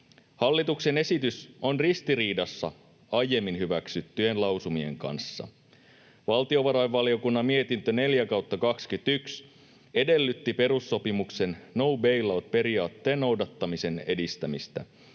Hallituksen esitys on ristiriidassa aiemmin hyväksyttyjen lausumien kanssa. Valtiovarainvaliokunnan mietintö 4/21 edellytti perussopimuksen no bail-out ‑periaatteen noudattamisen edistämistä